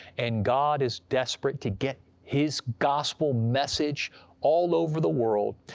and god is desperate to get his gospel message all over the world!